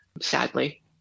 sadly